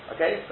Okay